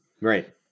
Right